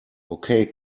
okay